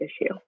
issue